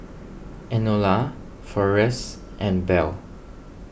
Enola forrest and Bell